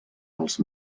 els